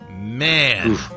man